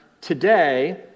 today